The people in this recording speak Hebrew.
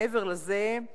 מעבר לזה,